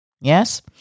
Yes